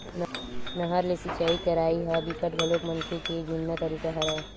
नहर ले सिचई करई ह बिकट घलोक मनखे के जुन्ना तरीका हरय